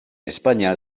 españa